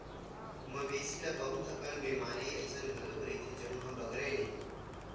मवेशी ल बहुत अकन बेमारी ह अइसन घलो रहिथे जउन ह बगरय नहिं